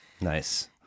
Nice